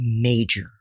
major